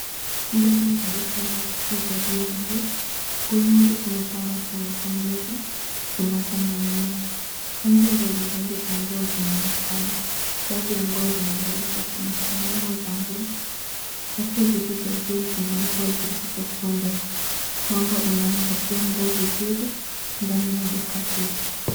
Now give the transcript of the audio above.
Ndani ya duka la uuzaji wa nguo. Nguo nyingi zimepangwa kwenye hangiri zinazoning'inia. Rangi mbalimbali za nguo zinaonekana. Baadhi ya nguo zimevalishwa kwenye sanamu za nguo. Rafu zilizo juu zina nguo zilizokunjwa. Mwanga unaangazia nguo vizuri ndani ya duka hii.